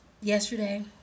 yesterday